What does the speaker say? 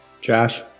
Josh